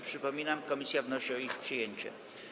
Przypominam, że komisja wnosi o ich przyjęcie.